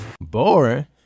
Boring